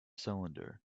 cylinder